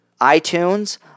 iTunes